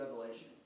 revelation